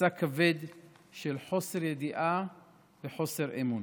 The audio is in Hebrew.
משא כבד של חוסר ידיעה וחוסר אמון.